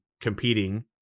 competing